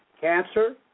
Cancer